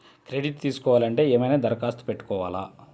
Credit తీసుకోవాలి అంటే ఏమైనా దరఖాస్తు పెట్టుకోవాలా?